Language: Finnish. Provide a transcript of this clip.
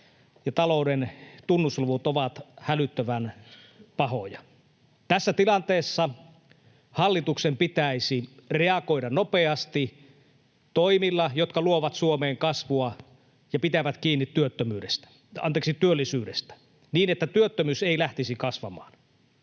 talouden tunnusluvut ovat hälyttävän pahoja. Tässä tilanteessa hallituksen pitäisi reagoida nopeasti toimilla, jotka luovat Suomeen kasvua ja pitävät kiinni työllisyydestä niin että työttömyys ei lähtisi kasvamaan.